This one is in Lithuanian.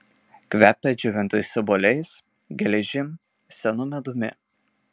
kvepia džiovintais obuoliais geležim senu medumi